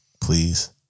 please